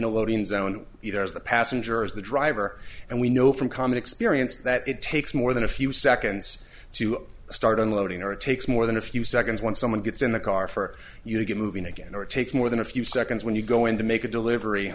a loading zone either as the passenger is the driver and we know from common experience that it takes more than a few seconds to start unloading or it takes more than a few seconds when someone gets in the car for you to get moving again or it takes more than a few seconds when you go in to make a delivery